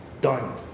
Done